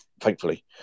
Thankfully